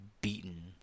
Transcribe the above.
beaten